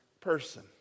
person